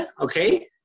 okay